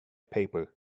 paper